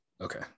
Okay